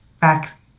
back